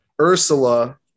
Ursula